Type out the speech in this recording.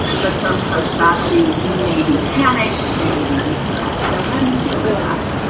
but sometimes faculty may be panicked, they may be distressed. so how do you deal with that?